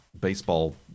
baseball